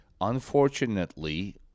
unfortunately